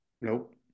Nope